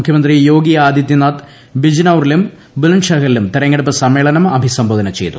മുഖ്യമന്ത്രി യോഗി ആദിത്യനാഥ് ബിജ്നൌറിലും ബുലന്ദ്ഷഹറിലും തെരഞ്ഞെടുപ്പ് സമ്മേളനം അഭിസംബോധന ചെയ്തു